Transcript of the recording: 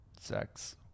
sex